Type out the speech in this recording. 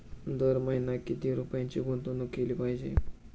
दर महिना किती रुपयांची गुंतवणूक केली पाहिजे?